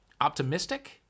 optimistic